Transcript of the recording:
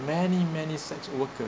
many many sex worker